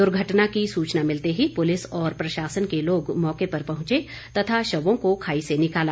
दुर्घटना की सूचना मिलते ही पुलिस और प्रशासन के लोग मौके पर पहुंचे तथा शवों को खाई से निकाला